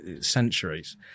centuries